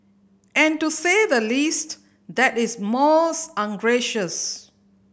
and to say the least that is most ungracious